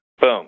Boom